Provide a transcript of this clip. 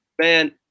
Man